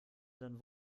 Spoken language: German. dann